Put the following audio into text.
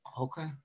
Okay